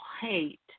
hate